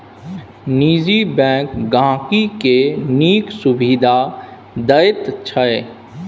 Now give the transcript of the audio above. निजी बैंक गांहिकी केँ नीक सुबिधा दैत छै